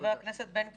חבר הכנסת בן גביר.